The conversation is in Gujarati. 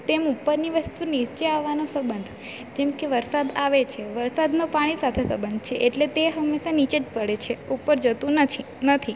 તેમ ઉપરની વસ્તુ નીચે આવવાના સંબંધ જેમ કે વરસાદ આવે છે વરસાદનો પાણી સાથે સંબંધ છે એટલે તે હંમેશાં નીચે જ પડે છે ઉપર જતું નથી નથી